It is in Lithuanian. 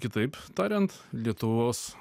kitaip tariant lietuvos